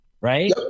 right